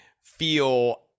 feel